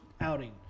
outing